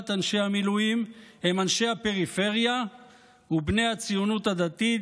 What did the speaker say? אנשי המילואים הם אנשי הפריפריה ובני הציונות הדתית,